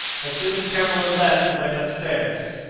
as soon as campbell had left, he went upstairs.